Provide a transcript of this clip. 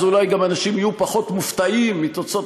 אז אולי גם אנשים יהיו פחות מופתעים מתוצאות